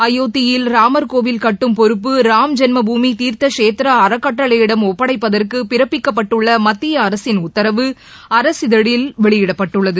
அயோத்தியில் ராமர் கோவில் கட்டும் பொறுப்பு ராம்ஜென்மபூமி தீர்த்த ஷேத்ர அறக்கட்டளையிடம் ஒப்படைப்பதற்கு பிறப்பிக்கப்பட்டுள்ள மத்திய அரசின் உத்தரவு அரசிதழில் வெளியிடப்பட்டுள்ளது